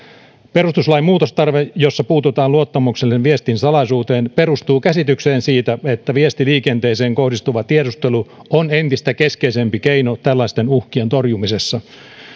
perustuslain muutostarve jossa puututaan luottamuksellisen viestin salaisuuteen perustuu käsitykseen siitä että viestiliikenteeseen kohdistuva tiedustelu on entistä keskeisempi keino tällaisten uhkien torjumisessa